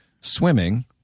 swimming